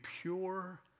pure